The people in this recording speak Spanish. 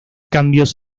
cambios